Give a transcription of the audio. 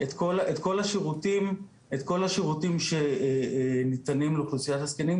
את כל השירותים שניתנים לאוכלוסייה=ת הלהט"ב בגיל השלישי.